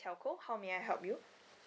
telco how may I help you